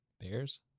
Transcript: Bears